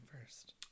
first